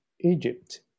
Egypt